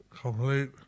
complete